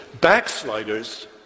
backsliders